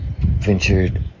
ventured